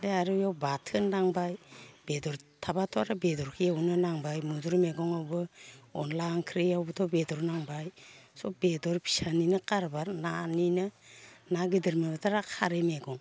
ओमफ्राय आरो इयाव बाथोन नांबाय बेदर थाब्लाथ' आर' बेदरखो एवनो नांबाय मैद्रु मैगङावबो अनद्ला ओंख्रियावबोथ' बेदर नांबाय सब बेदर फिसानिनो खारबार नानिनो ना गिदिर मोनब्लाथ' आरो खारै मैगं